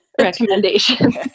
recommendations